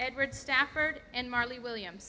edward stafford and marley william